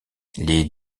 les